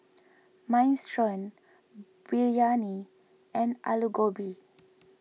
Minestrone Biryani and Alu Gobi